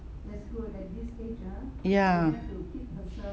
ya